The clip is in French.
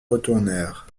retournèrent